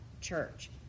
church